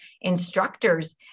instructors